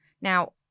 Now